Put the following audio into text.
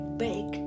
big